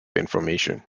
information